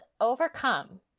overcome